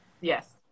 Yes